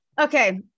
okay